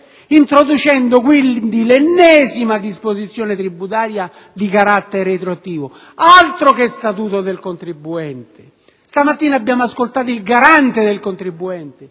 introducendo quindi l'ennesima disposizione tributaria di carattere retroattivo. Altro che Statuto del contribuente! Questa mattina abbiamo ascoltato il Garante del contribuente